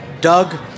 Doug